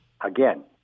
again